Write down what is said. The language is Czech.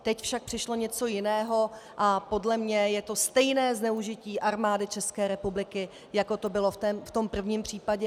Teď však přišlo něco jiného a podle mě je to stejné zneužití Armády České republiky, jako to bylo v tom prvním případě.